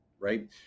right